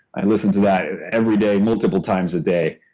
i listen to that every day multiple times a day,